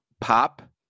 pop